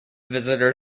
visitor